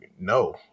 no